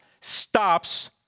stops